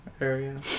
area